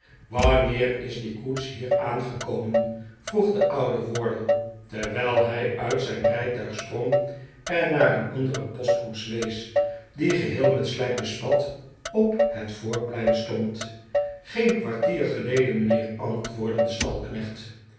wanneer is die koets hier aangekomen vroeg de oude wardle terwijl hij uit zijn rijtuig sprong en naar een andere postkoets wees die geheel met slijk bespat op het voorplein stond geen kwartier geleden mijnheer antwoordde de